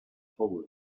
hole